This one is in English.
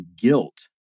guilt